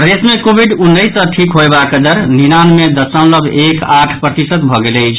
प्रदेश मे कोविड उन्नैस सॅ ठीक होयबाक दर निन्यानवे दशमलव एक आठ प्रतिशत भऽ गेल अछि